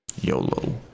YOLO